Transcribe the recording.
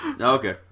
Okay